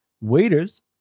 Waiters